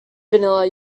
vanilla